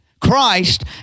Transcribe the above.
Christ